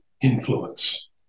influence